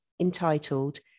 entitled